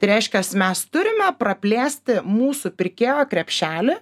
tai reiškia mes turime praplėsti mūsų pirkėjo krepšelį